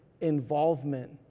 involvement